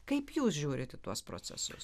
kaip jūs žiūrit į tuos procesus